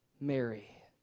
Mary